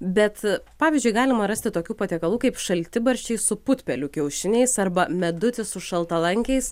bet pavyzdžiui galima rasti tokių patiekalų kaip šaltibarščiai su putpelių kiaušiniais arba medutis su šaltalankiais